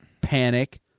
panic